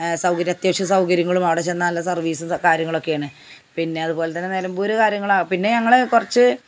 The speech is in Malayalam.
സൗകര്യം അത്യവശ്യം സൗകര്യങ്ങളും അവിടെ ചെന്നാൽ ഉള്ള സര്വീസും കാര്യങ്ങളുമൊക്കെയാണ് പിന്നെ അത്പോലെ തന്നെ നിലമ്പൂർ കാര്യങ്ങളാണ് പിന്നെ ഞങ്ങൾ കുറച്ച്